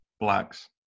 blacks